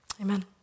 Amen